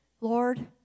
Lord